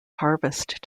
harvest